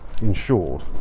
insured